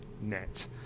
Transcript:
net